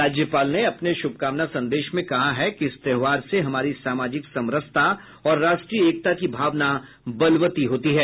राज्यपाल ने अपने शुभकामना संदेश में कहा है कि इस त्योहार से हमारी सामाजिक समरसता और राष्ट्रीय एकता की भावना वलवती होती है